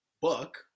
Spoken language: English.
book